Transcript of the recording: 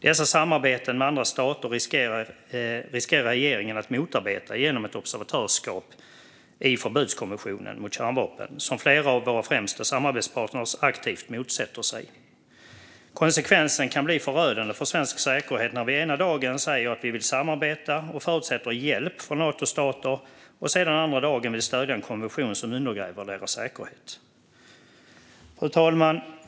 Dessa samarbeten med andra stater riskerar regeringen att motarbeta genom ett observatörskap i förbudskonventionen mot kärnvapen, som flera av våra främsta samarbetspartner aktivt motsätter sig. Konsekvensen kan bli förödande för svensk säkerhet när vi ena dagen säger att vi vill samarbeta och förutsätter hjälp från Natostater och andra dagen vill stödja en konvention som undergräver deras säkerhet. Fru talman!